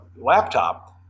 laptop